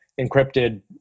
encrypted